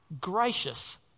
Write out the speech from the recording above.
Gracious